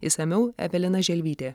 išsamiau evelina želvytė